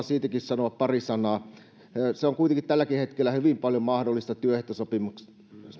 siitäkin sanoa pari sanaa se on kuitenkin tälläkin hetkellä hyvin paljon mahdollista työehtosopimuksien